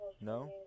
No